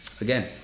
Again